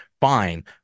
Fine